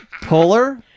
polar